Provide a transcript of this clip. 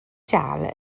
dal